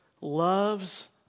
loves